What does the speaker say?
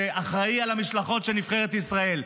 שאחראי על המשלחות של נבחרת ישראל,